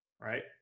right